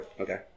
okay